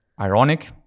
ironic